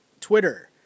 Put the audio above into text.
Twitter